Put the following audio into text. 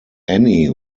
annie